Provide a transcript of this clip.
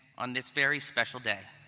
on this very special day.